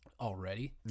already